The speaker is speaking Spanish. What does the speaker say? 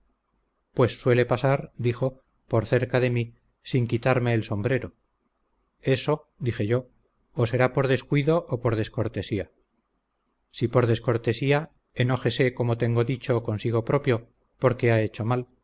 pues suele pasar dijo por cerca de mí sin quitarme el sombrero eso dije yo o será por descuido o por descortesía si por descortesía enójese como tengo dicho consigo propio porque ha hecho mal